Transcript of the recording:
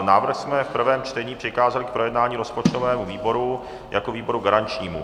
Návrh jsme v prvém čtení přikázali k projednání rozpočtovému výboru jako výboru garančnímu.